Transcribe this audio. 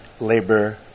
labor